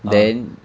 (uh huh)